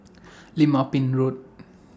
Lim Ah Pin Road